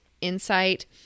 insight